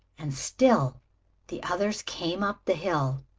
and still the others came up the hill.